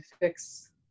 fix